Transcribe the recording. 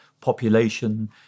population